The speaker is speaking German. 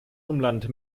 umland